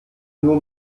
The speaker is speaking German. nur